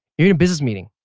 you're in a business meeting,